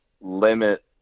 limit